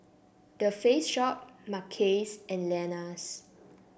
The Face Shop Mackays and Lenas